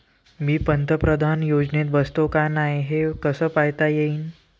मी पंतप्रधान योजनेत बसतो का नाय, हे कस पायता येईन?